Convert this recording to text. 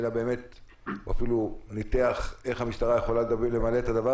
הוא אפילו ניתח איך המשטרה יכולה למלא את הדבר